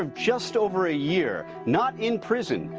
um just over a year, not in prison,